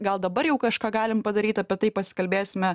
gal dabar jau kažką galime padaryt apie tai pasikalbėsime